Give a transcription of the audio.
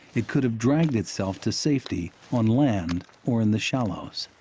it could have dragged itself to safety on land or in the shallows,